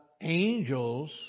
angels